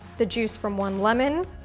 the juice from one lemon,